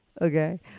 Okay